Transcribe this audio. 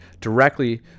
directly